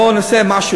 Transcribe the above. בואו נעשה משהו,